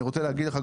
אני רוצה להגיד לך,